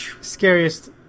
scariest